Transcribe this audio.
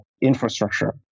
infrastructure